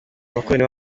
abakoloni